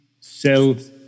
self